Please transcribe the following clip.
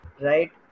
right